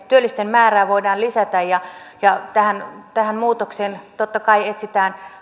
työllisten määrää voidaan lisätä tähän tähän muutokseen totta kai etsitään